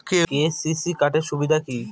KCC card এর সুবিধা কি?